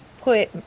put